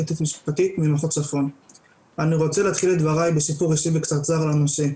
אני רוצה להתחיל את דבריי בסיפור אישי וקצרצר על הנושא.